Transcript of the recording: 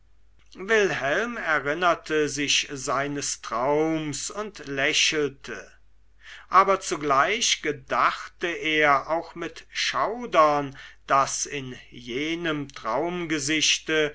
wilhelm erinnerte sich seines traums und lächelte aber zugleich gedachte er auch mit schaudern daß in jenem